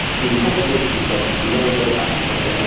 through toxicological studies we know it does happen quite a bit.